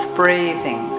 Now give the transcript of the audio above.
breathing